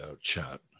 chat